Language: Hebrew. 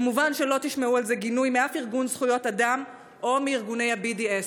כמובן שלא תשמעו על זה גינוי משום ארגון זכויות אדם או מארגוני ה-BDS.